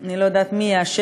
אני לא יודעת מי יאשר,